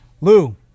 Lou